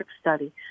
study